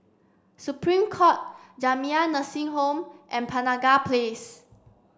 Supreme Court Jamiyah Nursing Home and Penaga Place